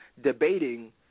debating